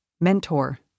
mentor